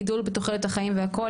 גידול בתוחלת החיים והכול,